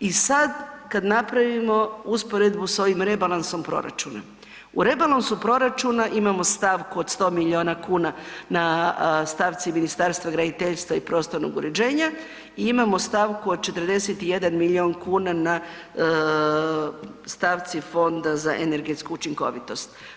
i sada kada napravimo usporedbu s ovim rebalansom proračuna u rebalansu proračuna imamo stavku od 100 milijuna kuna na stavci Ministarstva graditeljstva i prostornog uređenja i imamo stavku od 41 milijun kuna na stavci Fonda za energetsku učinkovitost.